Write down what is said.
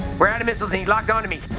we're out of missiles he locked on to me.